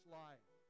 life